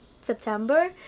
september